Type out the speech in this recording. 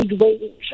range